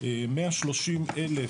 30,100